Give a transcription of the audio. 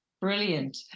Brilliant